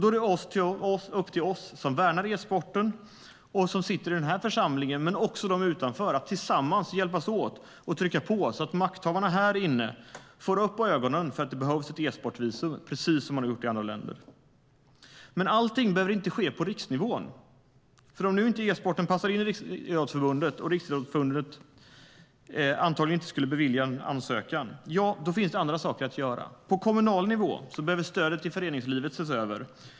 Då är det upp till oss som värnar om e-sporten, som sitter i den här församlingen men också de utanför, att hjälpas åt att trycka på så att makthavarna här inne får upp ögonen för att det behövs ett e-sportvisum, precis som i andra länder. Allt behöver dock inte ske på riksnivå. Om e-sporten nu inte passar in i Riksidrottsförbundet och de antagligen inte skulle bevilja en ansökan finns det andra saker att göra. På kommunal nivå behöver stödet till föreningslivet ses över.